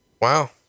Wow